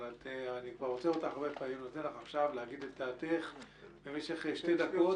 אבל אני אתן לך עכשיו להגיד את דעתך במשך שתי דקות.